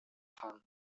hung